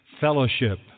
fellowship